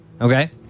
Okay